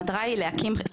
המטרה היא חברה,